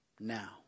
now